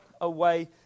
away